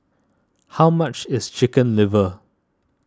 how much is Chicken Liver